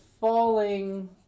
falling